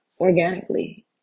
organically